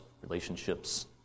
relationships